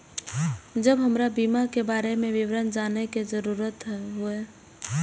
जब हमरा बीमा के बारे में विवरण जाने के जरूरत हुए?